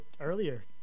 earlier